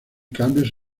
cambios